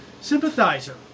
sympathizer